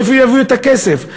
מאיפה יביאו את הכסף?